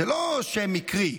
הוא לא שם מקרי,